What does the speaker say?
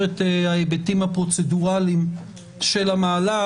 את ההיבטים הפרוצדוראליים של המהלך,